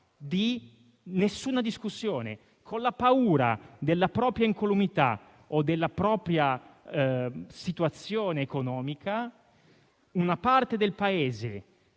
nessuna discussione. Con la paura per la propria incolumità o per la propria situazione economica, una parte del Paese